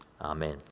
Amen